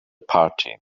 party